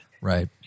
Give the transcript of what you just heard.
Right